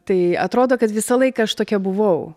tai atrodo kad visą laiką aš tokia buvau